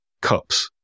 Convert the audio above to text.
cups